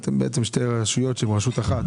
אתם בעצם שתי רשויות שהן רשות אחת.